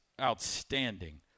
outstanding